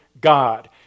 God